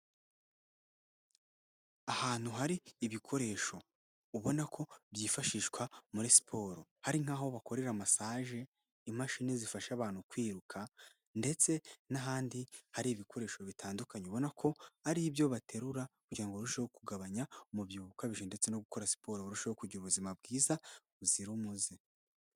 Ahantu hari ibikoresho ubona ko byifashishwa muri siporo hari nk'aho bakorera masaje, imashini zifasha abantu kwiruka ndetse n'ahandi hari ibikoresho bitandukanye ubona ko ari ibyo baterura kugirango barusheho kugabanya umubyibuho ukabije, ndetse no gukora siporo urusheho kugira ubuzima bwiza buzira umuze.